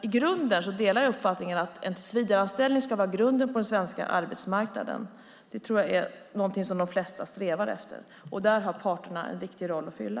I grunden delar jag dock uppfattningen att en tillsvidareanställning ska vara grunden på den svenska arbetsmarknaden. Det tror jag är något som de flesta strävar efter. Där har parterna en viktig roll att fylla.